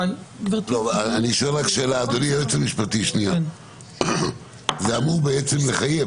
אדוני היועץ המשפטי, זה אמור לחייב.